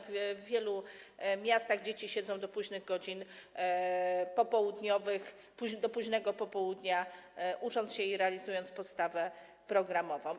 W wielu miastach dzieci siedzą w szkole do późnych godzin popołudniowych, do późnego popołudnia, ucząc się i realizując podstawę programową.